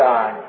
God